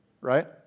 right